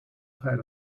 had